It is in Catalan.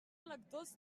electors